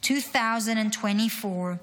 2024,